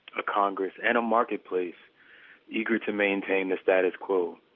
a congress, and a marketplace eager to maintain the status quo.